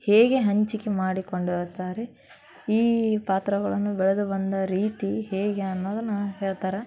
ಹೇಗೆ ಹಂಚಿಕೆ ಮಾಡಿಕೊಂಡಿರುತ್ತಾರೆ ಈ ಪಾತ್ರಗಳನ್ನು ಬೆಳೆದು ಬಂದ ರೀತಿ ಹೇಗೆ ಅನ್ನುವುದನ್ನ ಹೇಳ್ತಾರೆ